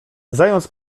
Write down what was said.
zając